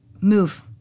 move